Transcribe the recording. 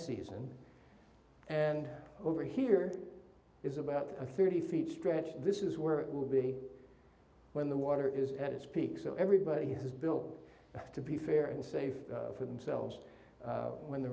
season and over here is about thirty feet stretch this is where it will be when the water is at its peak so everybody has built to be fair and safe for themselves when the